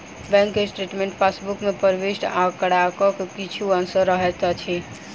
bank statement passbook मे प्रविष्ट आंकड़ाक किछु अंश रहैत अछि